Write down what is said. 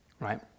right